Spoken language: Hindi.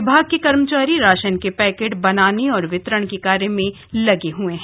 विभाग के कर्मचारी राशन के पैकेट बनाने और वितरण कार्य में लगे हैं